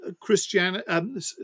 Christianity